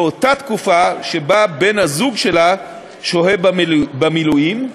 באותה תקופה שבה בן-הזוג שלה שוהה במילואים,